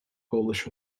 polish